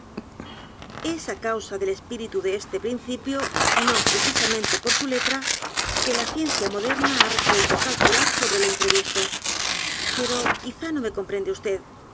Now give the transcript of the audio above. aplicación esa causa del espíritu de este principio y no precisamente por su letra que la ciencia moderna ha resuelto calcular sobre lo imprevisto pero quizá no me comprende